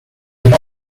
live